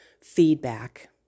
feedback